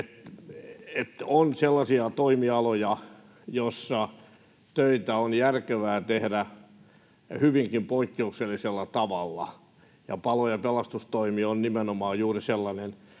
on sellaisia toimialoja, joilla töitä on järkevää tehdä hyvinkin poikkeuksellisella tavalla, ja palo- ja pelastustoimi on nimenomaan juuri sellainen